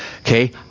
Okay